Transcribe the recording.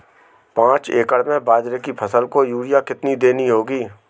पांच एकड़ में बाजरे की फसल को यूरिया कितनी देनी होगी?